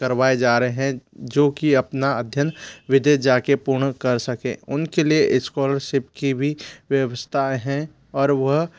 करवाए जा रहे हैं जो की अपना अध्ययन विदेश जाकर पूर्ण कर सके उनके लिए स्कॉलरशिप की भी व्यवस्थाएँ हैं और वह